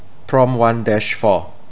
prompt one dash four